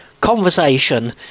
conversation